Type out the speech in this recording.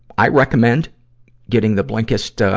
i recommend getting the blinkist, ah,